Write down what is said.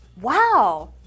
Wow